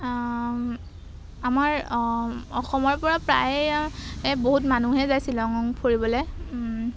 আমাৰ অসমৰপৰা প্ৰায় বহুত মানুহে যায় শ্বিলং ফুৰিবলৈ